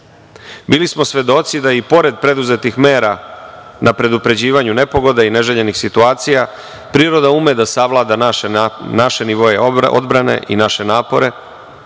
smo svedoci da i pored preduzetih mera na predupređivanju nepogoda i neželjenih situacija, priroda ume da savlada naše nivoe odbrane i naše napore,